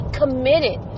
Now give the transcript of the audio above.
committed